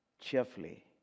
cheerfully